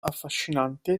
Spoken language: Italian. affascinante